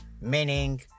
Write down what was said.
meaning